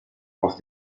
aus